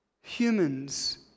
Humans